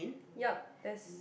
yup that's